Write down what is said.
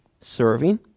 serving